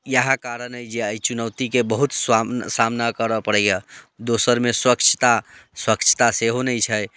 इएह कारण अइ जे एहि चुनौतीके बहुत स्वा सामना करय पड़ैए दोसरमे स्वच्छता स्वच्छता सेहो नहि छै